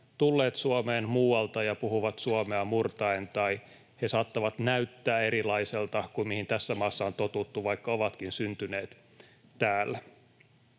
tulleet Suomeen muualta ja puhuvat suomea murtaen tai he saattavat näyttää erilaiselta kuin mihin tässä maassa on totuttu, vaikka ovatkin syntyneet täällä.